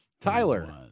Tyler